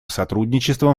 сотрудничеством